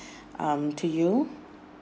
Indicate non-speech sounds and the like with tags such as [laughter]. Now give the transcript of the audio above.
[breath] um to you